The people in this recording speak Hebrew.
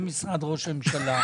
ממשרד ראש הממשלה,